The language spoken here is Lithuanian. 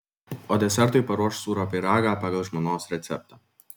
o desertui paruoš sūrio pyragą pagal žmonos receptą